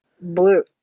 Blue